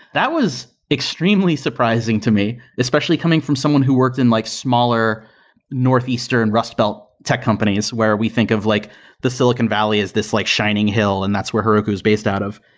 that was extremely surprising to me, especially coming from someone who works in like smaller northeastern rustbelt tech companies where we think of like the silicon valley as this like shining hill and that's where heroku is based out of.